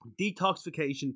Detoxification